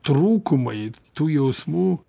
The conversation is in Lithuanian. trūkumai tų jausmų